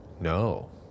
No